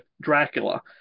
dracula